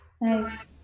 Nice